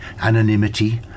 anonymity